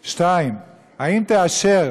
2. האם תאשר